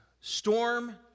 storm